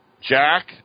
Jack